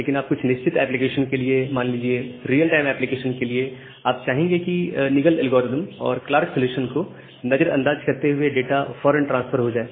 लेकिन कुछ निश्चित एप्लीकेशंस के लिए मान लीजिए रियल टाइम एप्लीकेशन के लिए आप चाहेंगे कि निगलस एल्गोरिदम और क्लार्क सॉल्यूशन को नजरअंदाज करते हुए डाटा फॉरेन ट्रांसफर हो जाए